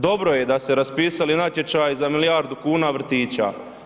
Dobro je da su se raspisali natječaji za milijardu kuna vrtića.